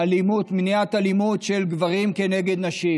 מניעת אלימות של גברים כנגד נשים.